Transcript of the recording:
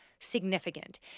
significant